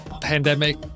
pandemic